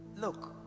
Look